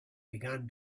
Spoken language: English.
began